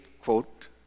quote